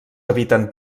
habiten